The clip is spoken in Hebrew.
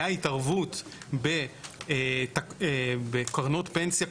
היה התערבות בקרנות פנסיה,